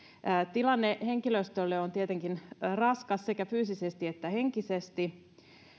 tilanne henkilöstölle on tietenkin raskas sekä fyysisesti että henkisesti